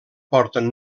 porten